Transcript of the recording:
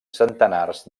centenars